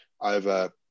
over –